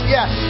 Yes